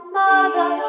mother